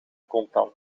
contant